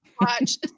watch